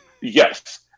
yes